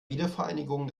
wiedervereinigung